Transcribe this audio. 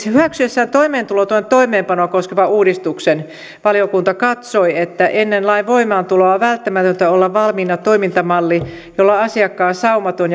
hyväksyessään toimeentulotuen toimeenpanoa koskevan uudistuksen valiokunta katsoi että ennen lain voimaantuloa on välttämätöntä olla valmiina toimintamalli jolla asiakkaan saumaton